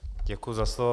Děkuji za slovo.